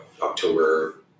October